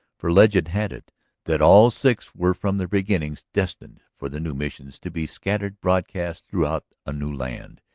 for legend had it that all six were from their beginnings destined for the new missions to be scattered broadcast throughout a new land,